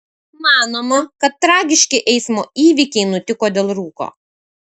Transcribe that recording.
manoma kad tragiški eismo įvykiai nutiko dėl rūko